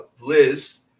Liz